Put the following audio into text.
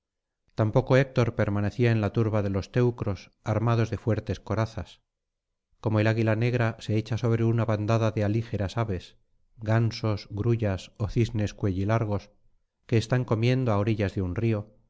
tampoco héctor permanecía en la turba de los teucros armados de fuertes corazas como el águila negra se echa sobre una bandada de alígeras aves gansos grullas ó cisnes cuellilargos que están comiendo á orillas de un río